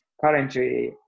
Currently